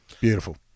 Beautiful